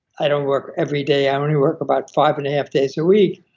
i don't work every day, i only work about five and half days a week,